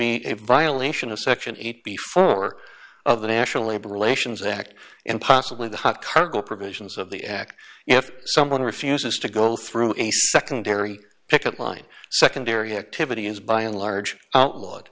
be a violation of section eight before the national labor relations act and possibly the hot cargo provisions of the act if someone refuses to go through a secondary picket line secondary activity is by and large outlawed